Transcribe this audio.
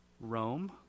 Rome